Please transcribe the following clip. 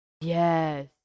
Yes